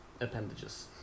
appendages